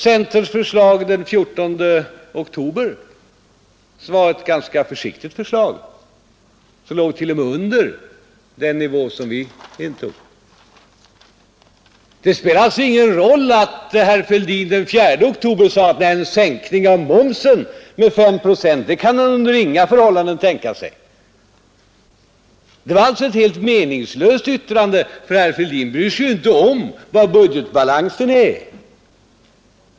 Centerns förslag den 14 oktober, som var ett ganska försiktigt förslag som t.o.m. låg under den nivå vi intog, spelar alltså ingen roll. Att herr Fälldin den 4 oktober sade att man under inga förhållanden kunde tänka sig en sänkning av momsen med 5 procent, spelar inte heller någon roll. Det var alltså ett helt meningslöst yttrande, för herr Fälldin bryr sig inte om budgetbalansen.